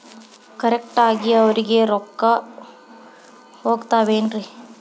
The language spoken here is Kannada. ಕರೆಕ್ಟ್ ಆಗಿ ಅವರಿಗೆ ರೊಕ್ಕ ಹೋಗ್ತಾವೇನ್ರಿ?